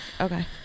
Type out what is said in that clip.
Okay